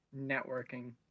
networking